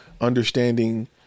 understanding